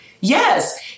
Yes